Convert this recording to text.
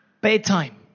Bedtime